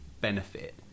benefit